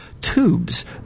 tubes